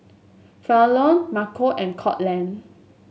Falon Marco and Courtland